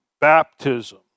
baptism